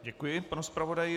Děkuji panu zpravodaji.